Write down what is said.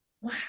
Wow